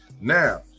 now